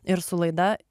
ir su laida